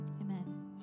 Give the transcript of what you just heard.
amen